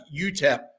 UTEP